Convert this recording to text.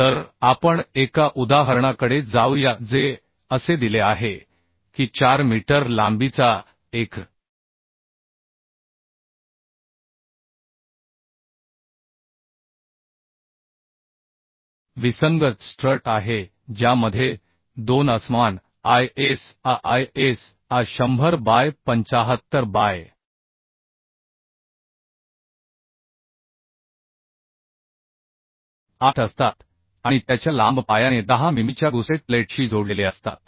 तर आपण एका उदाहरणाकडे जाऊया जे असे दिले आहे की 4 मीटर लांबीचा एक विसंगत स्ट्रट आहे ज्यामध्ये दोन असमान I s a I s a 100 by 75 by 8 असतात आणि त्याच्या लांब पायाने 10 मिमीच्या गुसेट प्लेटशी जोडलेले असतात